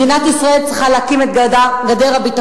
מדינת ישראל צריכה להקים את גדר הביטחון.